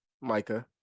Micah